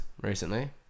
recently